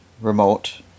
remote